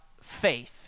faith